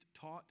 taught